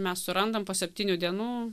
mes surandam po septynių dienų